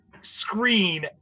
screen